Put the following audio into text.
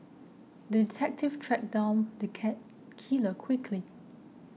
the detective tracked down the cat killer quickly